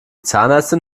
zahnärztin